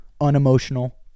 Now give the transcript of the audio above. unemotional